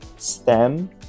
STEM